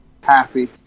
happy